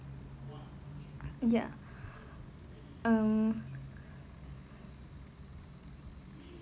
ya um